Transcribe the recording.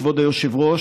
כבוד היושב-ראש,